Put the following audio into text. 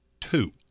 two